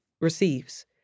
receives